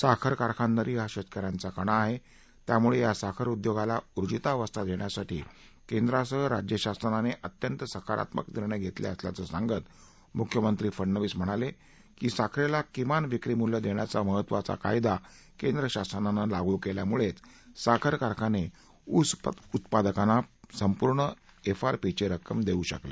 साखर कारखानदारी हा शेतकऱ्यांचा कणा आहे त्यामुळे या साखर उद्योगाला उर्जीतावस्था देण्यासाठी केंद्रासह राज्य शासनाने अत्यंत सकारात्मक निर्णय घेतले असल्याचं सांगत मुख्यमंत्री फडनवीस पुढे म्हणाले साखरेला किमान व्रिक्रीमूल्य देण्याचा महत्वाचा कायदा केंद्र शासनाने लागू केल्यामुळेच साखर कारखाने ऊस उत्पादकांना संपूर्ण एफआरपीची रक्कम देवू शकले